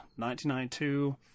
1992